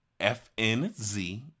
FNZ